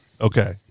Okay